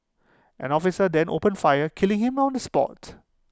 an officer then opened fire killing him on the spot